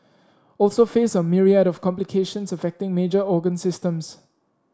also face a myriad of complications affecting major organ systems